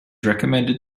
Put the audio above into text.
recommended